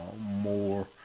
more